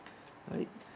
right